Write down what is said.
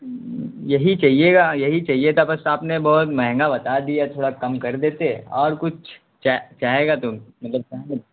یہی چہیے گا یہی چہیے تھا بس آپ نے بہت مہنگا بتا دیا تھوڑا کم کر دیتے اور کچھ چاہے گا تو مطلب